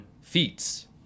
feats